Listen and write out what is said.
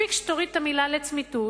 מספיק שתוריד את המלה "לצמיתות",